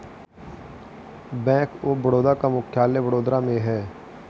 bank of Baroda का मुख्यालय वडोदरा में है